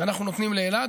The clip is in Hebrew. שאנחנו נותנים לאילת,